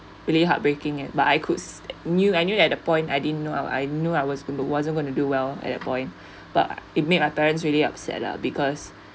really heartbreaking at but I could s~ knew I knew at that point I didn't know ah I knew I was uh wasn't going to do well at that point but it made my parents really upset lah because